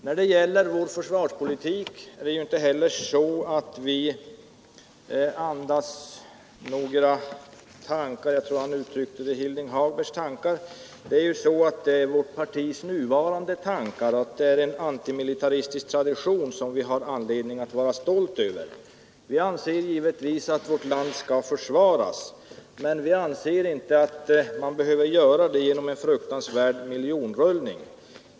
När det gäller vår försvarspolitik är det inte så att vi framför Hilding Hagbergs tankar. Det är vårt partis nuvarande tankar, och det innebär fullföljande av en antimilitaristisk tradition, som vi har anledning att vara stolta över. Vi anser givetvis att vårt land skall försvaras, men vi anser inte att det behöver ske genom en fruktansvärd miljonrullning.